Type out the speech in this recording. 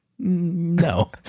No